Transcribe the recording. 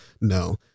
no